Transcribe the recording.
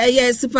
Yes